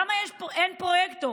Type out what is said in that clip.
למה אין פרויקטור?